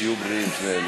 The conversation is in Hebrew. שיהיו בריאים שני אלה.